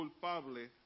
culpable